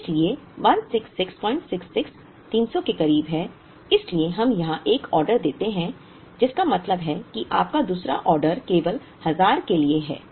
इसलिए 16666 300 के करीब है इसलिए हम यहां एक आदेश देते हैं जिसका मतलब है कि आपका दूसरा आदेश केवल 1000 के लिए है